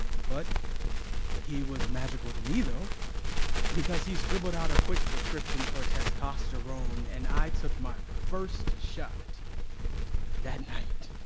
but he was magical to me, though because he scribbled out a quick prescription for testosterone. and i took my first shot that night.